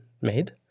made